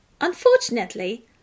Unfortunately